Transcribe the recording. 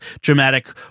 dramatic